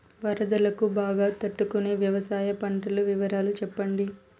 వరదలకు బాగా తట్టు కొనే వ్యవసాయ పంటల వివరాలు చెప్పండి?